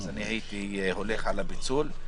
אז הייתי הולך על פיצול.